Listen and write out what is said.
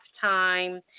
time